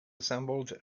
assembled